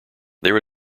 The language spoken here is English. there